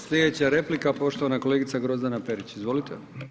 Slijedeća replika, poštovana kolegica Grozdana Perić, izvolite.